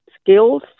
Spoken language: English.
skills